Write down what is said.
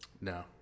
No